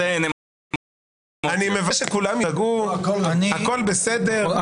אני מבקש שכולם יירגעו, הכול בסדר.